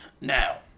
Now